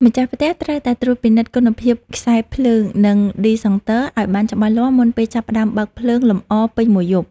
ម្ចាស់ផ្ទះត្រូវតែត្រួតពិនិត្យគុណភាពខ្សែភ្លើង និងឌីសង់ទ័រឱ្យបានច្បាស់លាស់មុនពេលចាប់ផ្តើមបើកភ្លើងលម្អពេញមួយយប់។